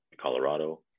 Colorado